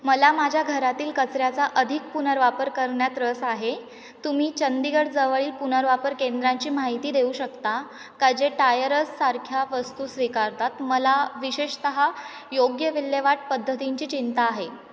मला माझ्या घरातील कचऱ्याचा अधिक पुनर्वापर करण्यात रस आहे तुम्ही चंदीगढ जवळील पुनर्वापर केंद्रांची माहिती देऊ शकता का जे टायरससारख्या वस्तू स्वीकारतात मला विशेषतः योग्य विल्हेवाट पद्धतींची चिंता आहे